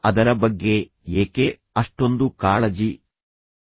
ಅದರ ಬಗ್ಗೆ ಏಕೆ ಅಷ್ಟೊಂದು ಕಾಳಜಿ ವಹಿಸಬೇಕು